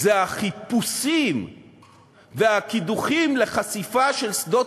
זה החיפושים והקידוחים לחשיפה של שדות